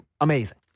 amazing